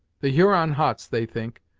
the huron huts, they think,